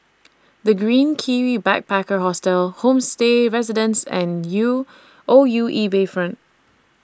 The Green Kiwi Backpacker Hostel Homestay Residences and U O U E Bayfront